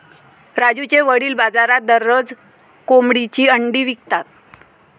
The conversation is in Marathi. राजूचे वडील बाजारात दररोज कोंबडीची अंडी विकतात